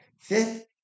fifth